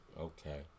Okay